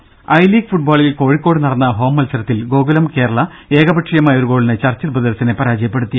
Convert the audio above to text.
ദരദ I League ഫുട്ബോളിൽ കോഴിക്കോട് നടന്ന ഹോം മത്സരത്തിൽ ഗോകുലം കേരള ഏകപക്ഷീയ ഒരു ഗോളിന് ചർച്ചിൽ ബ്രദേഴ്സിനെ പരാജയപ്പെടുത്തി